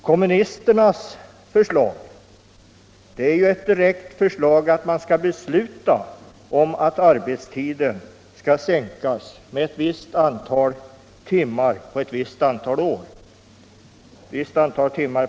Kommunisternas förslag är ju ett direkt förslag att vi skall besluta om att arbetstiden skall sänkas med ett visst antal timmar per vecka under ett visst antal år.